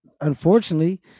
unfortunately